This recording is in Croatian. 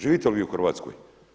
Živite li vi u Hrvatskoj?